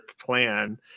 plan